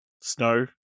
Snow